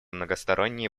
многосторонние